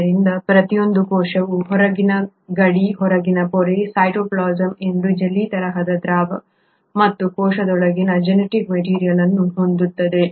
ಆದ್ದರಿಂದ ಪ್ರತಿಯೊಂದು ಕೋಶವು ಹೊರಗಿನ ಗಡಿ ಹೊರಗಿನ ಪೊರೆ ಸೈಟೋಪ್ಲಾಸಂ ಎಂಬ ಜೆಲ್ಲಿ ತರಹದ ದ್ರವ ಮತ್ತು ಜೀವಕೋಶದೊಳಗಿನ ಜೆನೆಟಿಕ್ ಮೆಟೀರಿಯಲ್ ಅನ್ನು ಹೊಂದಿರುತ್ತದೆ